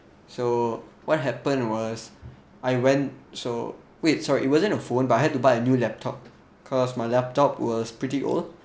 so what happened was I went so wait sorry it wasn't a phone but I had to buy a new laptop cause my laptop was pretty old